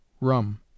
rum